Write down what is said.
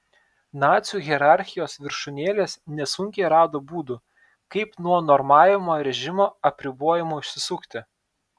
nacių hierarchijos viršūnėlės nesunkiai rado būdų kaip nuo normavimo režimo apribojimų išsisukti